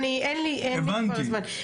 תן לי, אין לי כבר זמן.